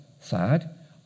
sad